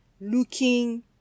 looking